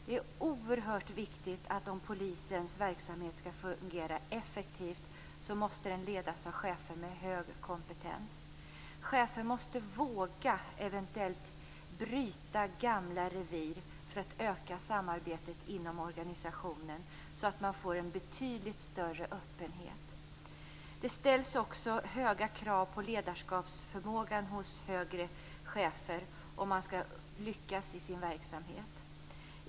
Det är oerhört viktigt, om polisens verksamhet skall fungera effektivt, att den leds av chefer med hög kompetens. Chefer måste eventuellt våga bryta gamla revir för att öka samarbetet inom organisationen så att man får en betydligt större öppenhet. Det ställs också höga krav på ledarskapsförmågan hos högre chefer om de skall lyckas i sin verksamhet.